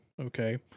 Okay